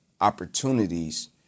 opportunities